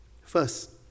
First